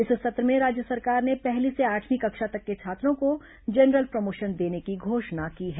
इस सत्र में राज्य सरकार ने पहली से आठवीं कक्षा तक के छात्रों को जनरल प्रमोशन देने की घोषणा की है